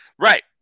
Right